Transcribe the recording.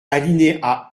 alinéa